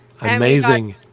Amazing